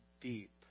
deep